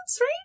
right